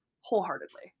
wholeheartedly